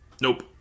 Nope